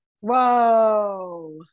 Whoa